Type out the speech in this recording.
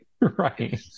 right